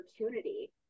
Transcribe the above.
opportunity